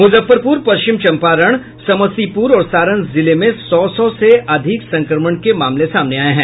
मुजफ्फरपुर पश्चिम चम्पारण समस्तीपुर और सारण जिले में सौ सौ से अधिक संक्रमण के मामले सामने आये हैं